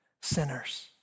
sinners